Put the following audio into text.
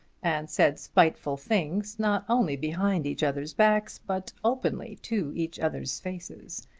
and said spiteful things not only behind each other's backs, but openly to each other's faces.